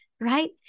Right